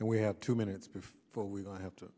and we have two minutes before we go i have to